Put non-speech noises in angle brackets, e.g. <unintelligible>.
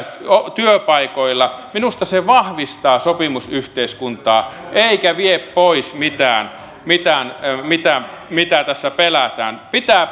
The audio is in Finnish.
työpaikoilla minusta se vahvistaa sopimusyhteiskuntaa eikä vie pois mitään mitään mitä mitä tässä pelätään pitää <unintelligible>